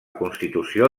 constitució